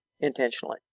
intentionally